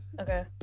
okay